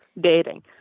dating